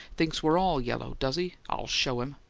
thinks we're all yellow, does he? i'll show him!